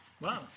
Wow